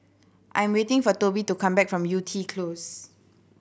I'm waiting for Toby to come back from Yew Tee Close